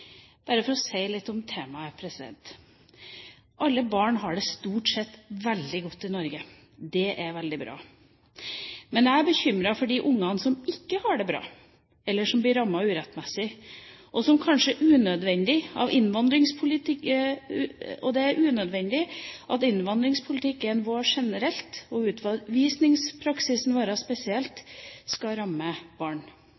Bare for å si litt om temaet: Alle barn har det stort sett veldig godt i Norge. Det er veldig bra. Men jeg er bekymret for de ungene som ikke har det bra, eller som blir rammet urettmessig – og kanskje unødvendig – av innvandringspolitikken vår generelt og